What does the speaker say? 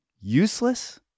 useless